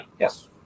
Yes